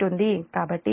కాబట్టి Z0 కేవలం j0